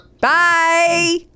Bye